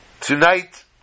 Tonight